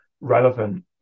relevant